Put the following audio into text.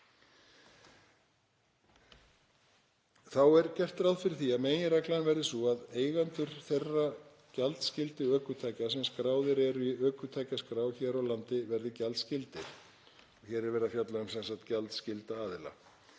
Þá er gert ráð fyrir því að meginreglan verði sú að eigendur þeirra gjaldskyldu ökutækja sem skráðir eru í ökutækjaskrá hér á landi verði gjaldskyldir. Hér er verið að fjalla um sem sagt gjaldskylda aðila.